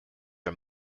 are